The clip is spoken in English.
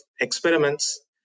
experiments